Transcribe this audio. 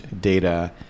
data